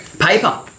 Paper